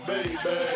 Baby